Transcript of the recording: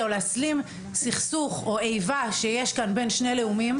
או להסלים סכסוך או איבה שיש כאן בין שני לאומים.